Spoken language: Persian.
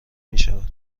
میشود